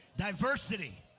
Diversity